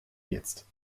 jetzt